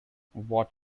what